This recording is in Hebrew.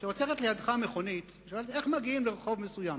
כשעוצרת לידך מכונית ושואלים אותך איך מגיעים לרחוב מסוים.